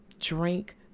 drink